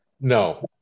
no